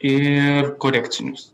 ir korekcinius